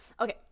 Okay